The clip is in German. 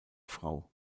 frau